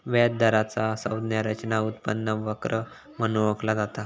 व्याज दराचा संज्ञा रचना उत्पन्न वक्र म्हणून ओळखला जाता